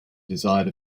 desired